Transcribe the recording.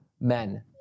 men